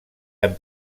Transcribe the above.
amb